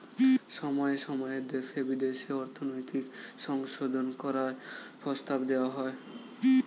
সময়ে সময়ে দেশে বিদেশে অর্থনৈতিক সংশোধন করার প্রস্তাব দেওয়া হয়